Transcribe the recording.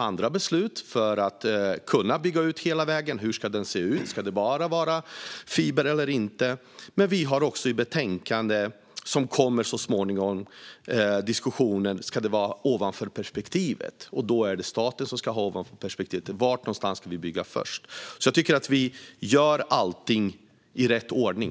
annorlunda beslut för att kunna bygga ut hela vägen. Hur ska det se ut? Ska det bara vara fiber eller inte? I ett betänkande som kommer så småningom har vi en diskussion om huruvida det ska vara ett ovanförperspektiv. I så fall är det staten som ska ha ovanförperspektivet. Var ska vi bygga först? Jag tycker att vi gör allting i rätt ordning.